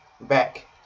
back